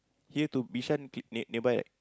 here to Bishan cl~ near nearby